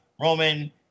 Roman